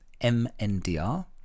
M-N-D-R